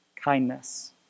kindness